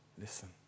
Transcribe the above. listen